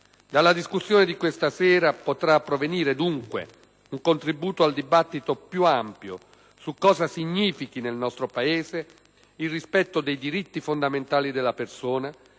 Dalla discussione di questa sera potrà provenire, dunque, un contributo al dibattito più ampio su cosa significhi nel nostro Paese il rispetto dei diritti fondamentali della persona